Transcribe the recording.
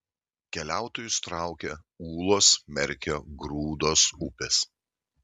keliautojus traukia ūlos merkio grūdos upės